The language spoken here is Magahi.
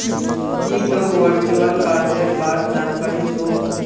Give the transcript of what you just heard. की तोक वर्चुअल कार्डेर बार जानकारी छोक